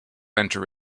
enter